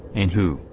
and who,